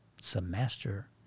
Semester